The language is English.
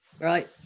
right